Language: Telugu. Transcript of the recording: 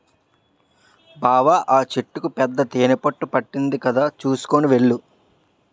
బావా ఆ చెట్టుకి పెద్ద తేనెపట్టు పట్టింది కదా చూసుకొని వెళ్ళు